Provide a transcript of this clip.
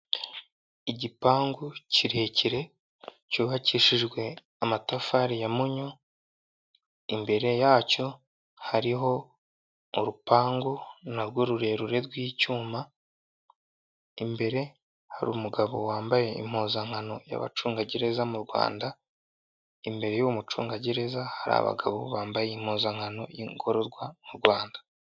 Igipangu kirekire cyubakishijwe amatafari ya munyo imbere yacyo hariho urupangu na rwo rurerure rw'icyuma, imbere hariru umugabo wambaye impuzankano y'abacungagereza mu Rwanda imbere yuwo mucungagereza hari abagabo bambaye impuzankano y'ingororwa mu Rwanda.